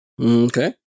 Okay